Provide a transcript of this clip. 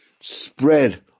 spread